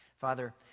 Father